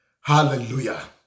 Hallelujah